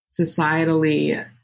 societally